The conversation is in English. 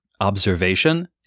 observation